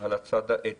ועל הצד האתי.